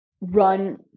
run